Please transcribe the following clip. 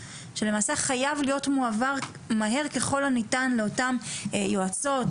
שלמעשה חייב להיות מועבר מהר ככל הניתן לאותן יועצות,